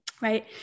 Right